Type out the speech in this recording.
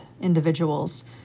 individuals